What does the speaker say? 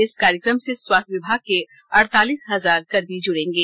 इस कार्यक्रम से स्वास्थ्य विभाग के अड़तालीस हजार कर्मी जुड़ेगें